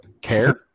care